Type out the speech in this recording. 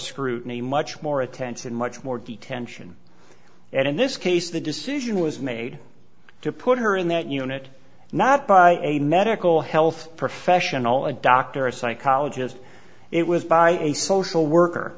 scrutiny much more attention much more detention and in this case the decision was made to put her in that unit not by a medical health professional a doctor a psychologist it was by a social worker